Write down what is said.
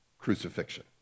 crucifixion